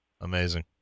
Amazing